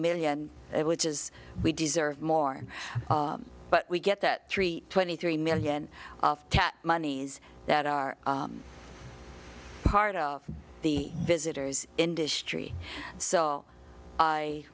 million which is we deserve more but we get that three twenty three million of moneys that are part of the visitors industry so i